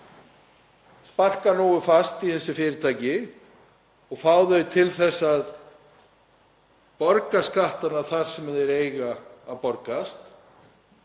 sparka nógu fast í þessi fyrirtæki og fá þau til að borga skattana þar sem þeir eiga að borgast.